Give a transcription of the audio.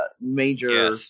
major